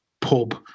pub